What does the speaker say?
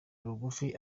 rugufi